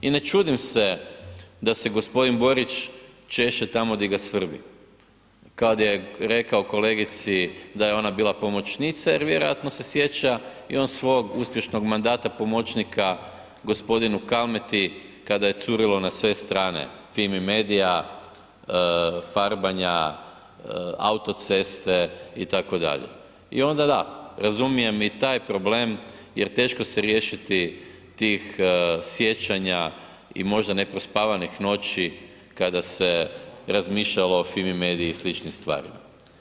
I ne čudim se da se gospodin Borić češe tamo gdje ga svrbi, kad je rekao kolegici da je ona bila pomoćnica jer vjerojatno se sjeća i on svog uspješnog mandata pomoćnika gospodinu Kalmeti kada je curilo na sve strane, Fimi medija, farbanja autoceste itd., i onda da, razumijem i taj problem jer teško se riješiti tih sjećanja i možda neprospavanih noći kada se razmišljalo o Fimi mediji i sličnim stvarima.